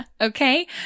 okay